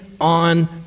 on